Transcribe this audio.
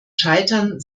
scheitern